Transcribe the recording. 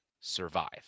survive